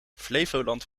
flevoland